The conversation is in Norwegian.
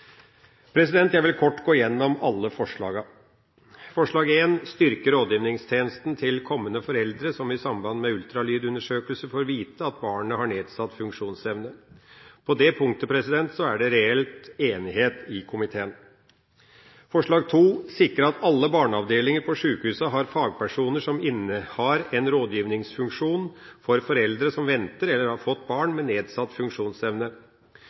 Jeg vil kort gå gjennom alle forslagene. Forslag nr. 1: Å styrke rådgivningstjenesten til kommende foreldre som i samband med ultralydundersøkelse får vite at barnet har nedsatt funksjonsevne. På det punktet er det reell enighet i komiteen. Forslag nr. 2: Å sikre at alle barneavdelinger på sjukehusene har fagpersoner som innehar en rådgivningsfunksjon for foreldre som venter eller har fått barn med nedsatt funksjonsevne.